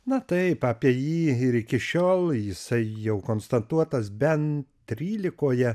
na taip apie jį ir iki šiol jisai jau konstatuotas bent trylikoje